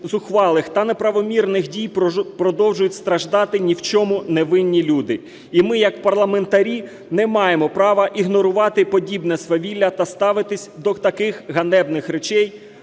зухвалих та неправомірних дій продовжують страждати ні в чому невинні люди. І ми як парламентарі не маємо права ігнорувати подібне свавілля та ставитись до таких ганебних речей